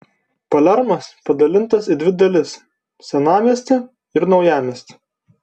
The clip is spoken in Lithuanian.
palermas padalintas į dvi dalis senamiestį ir naujamiestį